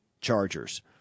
Chargers